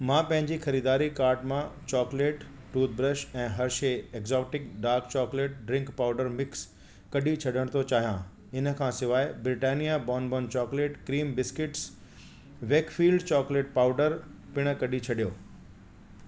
मां पंहिंजे ख़रीदारी काट मां चॉकलेट टूथब्रश ऐं Hershey exotic dark chocolate drink powder mix कढी छॾण थो चाहियां इन खां सवाइ Britannia bonbon chocolate cream biscuits Wakefield chocolate powder पिण कढी छॾियो